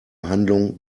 handlung